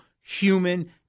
human